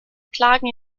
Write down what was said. plagen